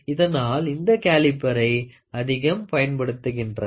இதனால் இந்த காலிபறை அதிகம் பயன்படுத்துகின்றனர்